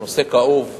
נושא כאוב.